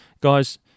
guys